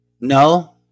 No